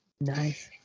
Nice